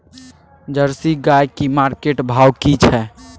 Jersey गाय की market भाव की छै?